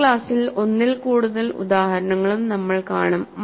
അടുത്ത ക്ലാസ്സിൽ ഒന്നിൽ കൂടുതൽ ഉദാഹരണങ്ങളും നമ്മൾ കാണും